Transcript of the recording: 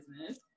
business